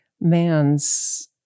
man's